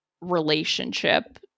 relationship